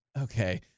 Okay